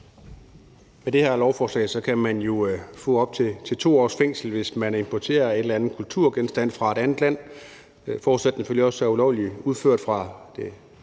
Med det her lovforslag kan man jo få op til 2 års fængsel, hvis man importerer en eller anden kulturgenstand fra et andet land, forudsat selvfølgelig, at den